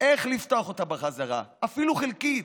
איך לפתוח אותה בחזרה, אפילו חלקית,